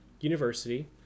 university